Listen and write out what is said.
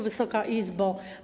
Wysoka Izbo!